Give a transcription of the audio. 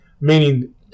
meaning